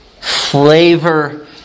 flavor